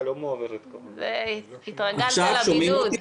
קודם כל, רפואה שלמה.